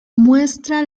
muestra